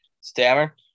Stammer